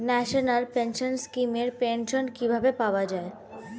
National pension scheme এর pension কিভাবে পাওয়া যায়?